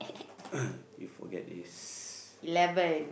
you forget this